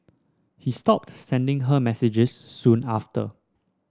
he stopped sending her messages soon after